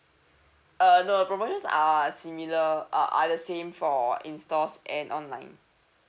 uh no our promotions are similar uh are the same for in stores and online